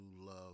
love